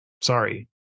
Sorry